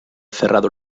cerrado